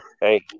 hey